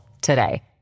today